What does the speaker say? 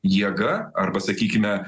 jėga arba sakykime